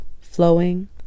flowing